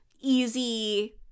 easy